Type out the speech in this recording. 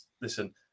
listen